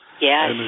Yes